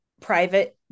private